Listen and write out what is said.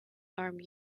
arm